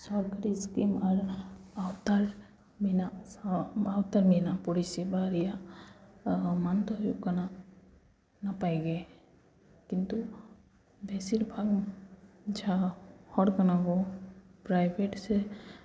ᱥᱚᱨᱠᱟᱨᱤ ᱥᱠᱤᱢ ᱟᱨ ᱦᱚᱠᱫᱟᱨ ᱢᱮᱱᱟᱜ ᱥᱟᱶ ᱦᱚᱠᱫᱟᱨ ᱢᱮᱱᱟᱜ ᱯᱚᱨᱤᱥᱮᱵᱟ ᱨᱮᱭᱟᱜ ᱢᱟᱱ ᱫᱚ ᱦᱩᱭᱩᱜ ᱠᱟᱱᱟ ᱱᱟᱯᱟᱭᱜᱮ ᱠᱤᱱᱛᱩ ᱵᱮᱥᱤᱨᱵᱷᱟᱜᱽ ᱡᱟᱦᱟᱸ ᱦᱚᱲ ᱠᱟᱱᱟᱵᱚ ᱯᱨᱟᱭᱵᱷᱮᱴ ᱥᱮ